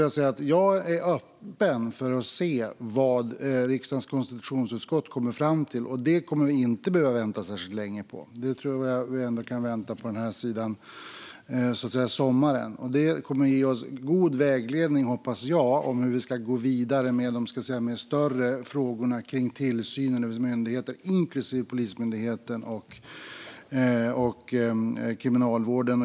Jag är öppen för att se vad riksdagens konstitutionsutskott kommer att komma fram till. Det kommer vi inte att behöva vänta särskilt länge på. Jag tror ändå att vi kan vänta oss det den här sidan sommaren. Jag hoppas att det kommer att ge oss god vägledning om hur vi ska gå vidare med de större frågorna när det gäller tillsynen av myndigheter, inklusive Polismyndigheten och Kriminalvården.